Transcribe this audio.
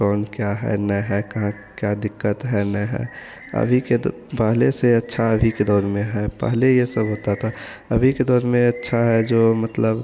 कि कौन क्या है नहीं है क्या दिक्कत है नहीं है अभी के तो पहले से अच्छा अभी के दौर में है पहले यह सब होता था अभी के दौर में अच्छा है जो मतलब